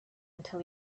until